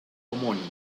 homónimo